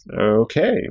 Okay